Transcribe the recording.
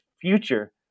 future